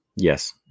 Yes